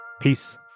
Peace